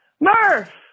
Murph